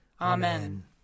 Amen